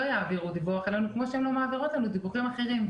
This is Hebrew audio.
יעבירו דיווח אלינו כמו שהן לא מעבירות לנו דיווחים אחרים.